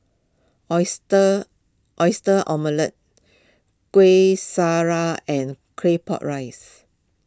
Oyster Oyster Omelette Kueh Syara and Claypot Rice